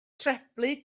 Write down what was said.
treblu